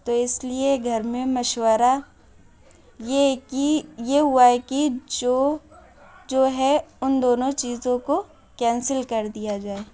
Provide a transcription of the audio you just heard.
تو اس لیے گھر میں مشورہ یہ کہ یہ ہوا ہے کہ جو جو ہے ان دونوں چیزوں کو کینسل کر دیا جائے